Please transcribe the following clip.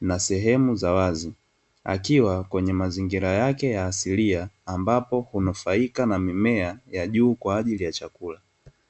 na sehemu za wazi, akiwa kwenye mazingira yake ya asilia, ambapo hunufaika na mimea ya juu kwa ajili ya chakula.